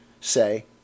say